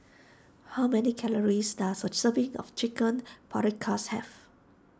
how many calories does a serving of Chicken Paprikas have